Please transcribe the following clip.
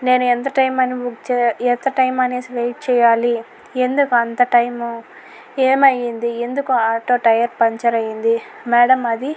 నేను ఎంత టైమ్ అని బుక్ చేయ ఎంత టైమ్ అనేసి వైట్ చేయాలి ఎందుకు అంత టైము ఏమైంది ఎందుకు ఆటో టైర్ పంచరయింది మ్యాడమ్ అది